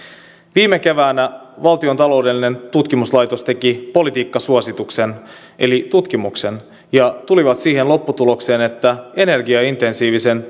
viime keväänä valtion taloudellinen tutkimuskeskus teki politiikkasuosituksen eli tutkimuksen ja he tulivat siihen lopputulokseen että energiaintensiivisen